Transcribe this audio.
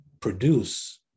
produce